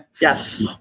Yes